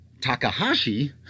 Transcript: Takahashi